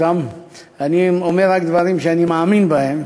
אני אומר רק דברים שאני מאמין בהם.